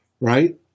right